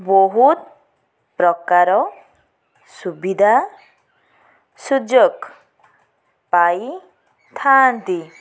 ବହୁତ ପ୍ରକାର ସୁବିଧା ସୁଯୋଗ ପାଇ ଥାଆନ୍ତି